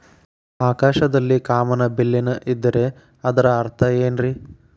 ಆಕಾಶದಲ್ಲಿ ಕಾಮನಬಿಲ್ಲಿನ ಇದ್ದರೆ ಅದರ ಅರ್ಥ ಏನ್ ರಿ?